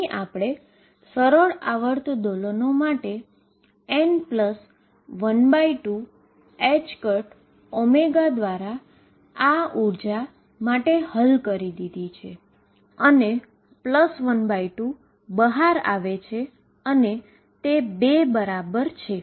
અહીં આપણે harmonic oscillator માટે n12ℏω દ્વારા આ એનર્જી માટે હલ કરી દીધી છે n12ℏω હોવાનું બહાર આવે છે અને તે બે બરાબર છે